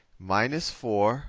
minus four